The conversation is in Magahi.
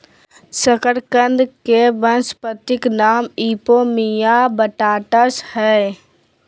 शकरकंद के वानस्पतिक नाम इपोमिया बटाटास हइ